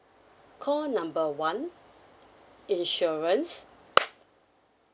call number one insurance